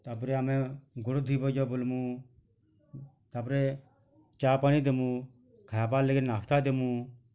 ତା'ପରେ ଆମେ ଗୋଡ଼ ଧୋଇବ ଯା ବୋଲମୁଁ ତା'ପରେ ଚା ପାଣି ଦେମୁଁ ଖାଏବାର୍ ଲାଗି ନାସ୍ତା ଦେମୁଁ